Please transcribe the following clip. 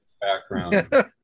background